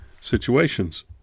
situations